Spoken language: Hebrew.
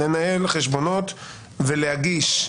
לנהל חשבונות ולהגיש".